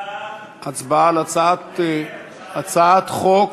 הצבעה על הצעת חוק